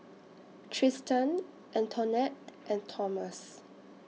Tristan Antoinette and Thomas